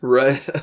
right